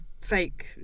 fake